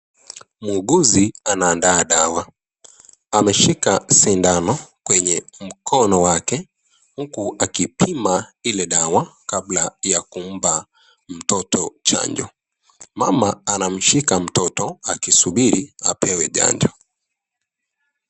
Muuguzi anaandaa dawa ameshika sindano kwenye mkono wake huku akipima ile dawa kabla ya kumpa mtoto chanjo. Mama anamshika mtoto akisubiri apewe chanjo.